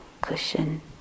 cushion